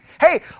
Hey